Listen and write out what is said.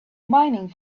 mining